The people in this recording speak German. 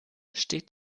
steht